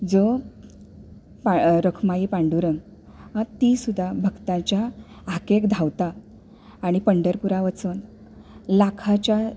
जो रुखमाई पांडूरंग ती सुद्धा भक्तांच्या हाकेक धांवता आनी पंढरपूरा वचून लाखाच्या